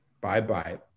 Bye-bye